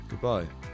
Goodbye